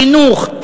חינוך,